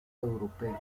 europeo